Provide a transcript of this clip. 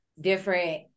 different